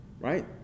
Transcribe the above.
Right